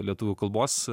lietuvių kalbos